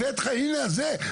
הבאתי לך הנה זה,